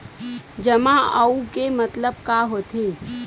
जमा आऊ के मतलब का होथे?